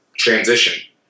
transition